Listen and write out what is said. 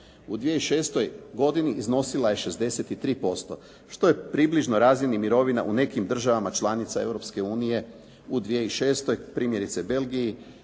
U 2006. godini iznosila je 63% što je približno razini mirovina u nekim državama članica Europske unije u 2006. primjerice Belgiji